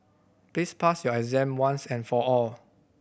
please pass your exam once and for all